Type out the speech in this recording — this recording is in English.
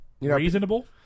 Reasonable